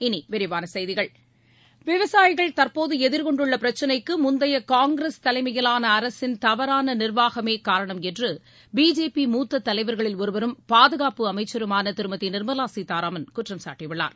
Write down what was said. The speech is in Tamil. இனி விரிவான செய்திகள் விவசாயிகள் தற்போது எதிர்கொண்டுள்ள பிரச்னைக்கு முந்தைய காங்கிரஸ் தலைமையிலான அரசின் நிர்வாகமே காரணம் என்று பிஜேபி மூத்தத் தலைவர்களில் ஒருவரும் பாதுகாப்பு தவறான அமைச்சருமான திருமதி நிர்மலா சீதாராமன் குற்றம் சாட்டியுள்ளார்